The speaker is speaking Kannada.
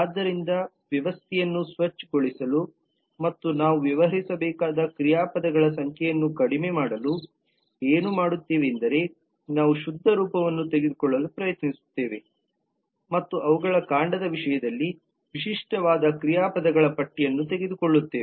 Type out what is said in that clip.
ಆದ್ದರಿಂದ ವ್ಯವಸ್ಥೆಯನ್ನು ಸ್ವಚ್ ಗೊಳಿಸಲು ಮತ್ತು ನಾವು ವ್ಯವಹರಿಸಬೇಕಾದ ಕ್ರಿಯಾಪದಗಳ ಸಂಖ್ಯೆಯನ್ನು ಕಡಿಮೆ ಮಾಡಲು ಏನು ಮಾಡುತ್ತೇವೆಂದರೆ ನಾವು ಶುದ್ಧ ರೂಪವನ್ನು ತೆಗೆದುಕೊಳ್ಳಲು ಪ್ರಯತ್ನಿಸುತ್ತೇವೆ ಮತ್ತು ಅವುಗಳ ಕಾಂಡದ ವಿಷಯದಲ್ಲಿ ವಿಶಿಷ್ಟವಾದ ಕ್ರಿಯಾಪದಗಳ ಪಟ್ಟಿಯನ್ನು ತೆಗೆದುಕೊಳ್ಳುತ್ತೇವೆ